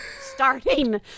starting